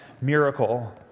miracle